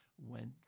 Went